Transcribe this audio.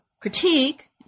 critique